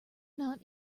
not